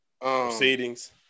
Proceedings